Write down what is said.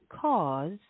cause